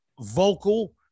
vocal